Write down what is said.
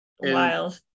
wild